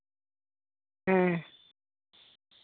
ᱦᱮᱸ